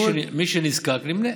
מי שנזקק נמנה.